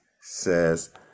says